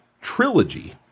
trilogy